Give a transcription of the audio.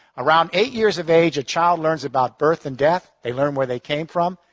around eight years of age, a child learns about birth and death, they learn where they came from,